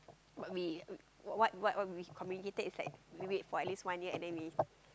but we what what we communicated is like we wait for at least one year and then we